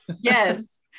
Yes